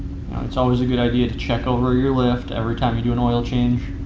it's always a good idea to check over your lift every time you do an oil change,